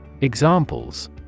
Examples